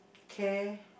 care